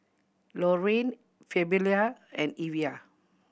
Lorayne Fabiola and Evia